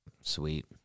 sweet